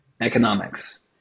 Economics